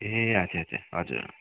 ए अच्छा अच्छा हजुर